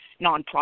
nonprofit